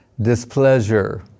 displeasure